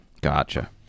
gotcha